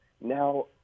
now